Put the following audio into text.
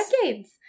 decades